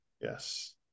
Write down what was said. Yes